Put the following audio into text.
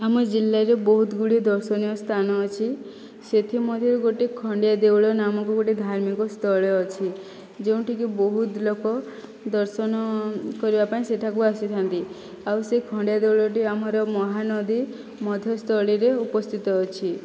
ଆମ ଜିଲ୍ଲାରେ ବହୁତ ଗୁଡ଼ିଏ ଦର୍ଶନୀୟ ସ୍ଥାନ ଅଛି ସେଥିମଧ୍ୟରୁ ଗୋଟିଏ ଖଣ୍ଡିଆ ଦେଉଳ ନାମକ ଗୋଟିଏ ଧାର୍ମିକ ସ୍ଥଳ ଅଛି ଯେଉଁଠିକି ବହୁତ ଲୋକ ଦର୍ଶନ କରିବା ପାଇଁ ସେଠାକୁ ଆସିଥାନ୍ତି ଆଉ ସେ ଖଣ୍ଡିଆ ଦେଉଳଟି ଆମର ମହାନଦୀ ମଧ୍ୟ ସ୍ଥଳୀରେ ଉପସ୍ଥିତ ଅଛି